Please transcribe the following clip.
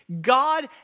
God